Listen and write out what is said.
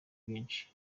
benshi